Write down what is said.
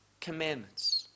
commandments